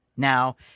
Now